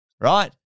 right